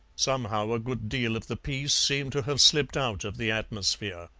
somehow a good deal of the peace seemed to have slipped out of the atmosphere.